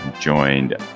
joined